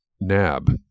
NAB